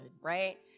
right